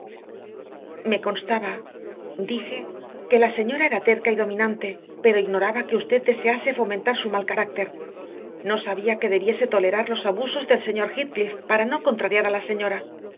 me constaba dije que la señora era terca y dominante pero ignoraba que usted desease fomentar su mal carácter no sabía que debiese tolerar los abusos del señor heathcliff por no contrariar a la señora